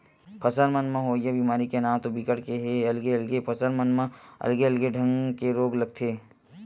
फसल मन म होवइया बेमारी के नांव तो बिकट के हे अलगे अलगे फसल मन म अलगे अलगे ढंग के रोग लगथे